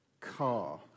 car